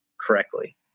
correctly